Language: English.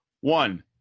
One